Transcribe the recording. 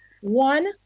One